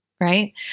Right